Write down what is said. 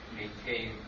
maintain